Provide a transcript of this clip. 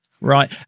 Right